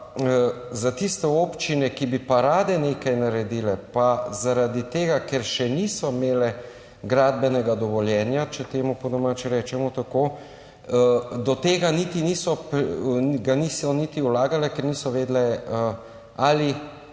za tiste občine, ki bi pa rade nekaj naredile, pa zaradi tega, ker še niso imele gradbenega dovoljenja, če temu po domače rečemo tako, ga niso niti vlagale, ker niso vedele, ali